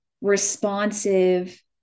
responsive